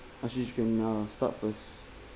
start first